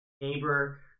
neighbor